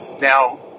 now